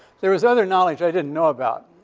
there was other knowledge i didn't know about.